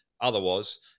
Otherwise